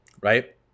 right